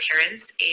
parents